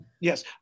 Yes